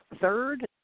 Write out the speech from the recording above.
third